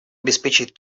обеспечить